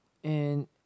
and